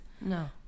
No